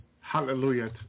Hallelujah